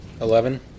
Eleven